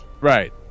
Right